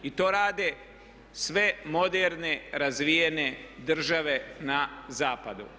I to rade sve moderne razvijene države na zapadu.